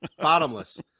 Bottomless